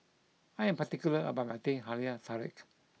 I am particular about my Teh Halia Tarik